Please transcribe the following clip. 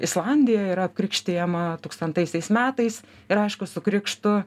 islandija yra apkrikštijama tūkstantaisiais metais ir aišku su krikštu